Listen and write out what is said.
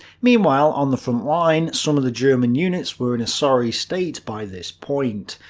meanwhile, on the front line, some of the german units were in a sorry state by this point.